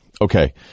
Okay